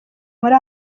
muri